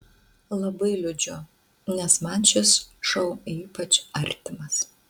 labai liūdžiu nes man šis šou ypač artimas